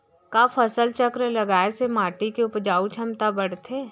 का फसल चक्र लगाय से माटी के उपजाऊ क्षमता बढ़थे?